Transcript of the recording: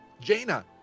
jaina